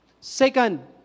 second